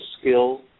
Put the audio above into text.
skill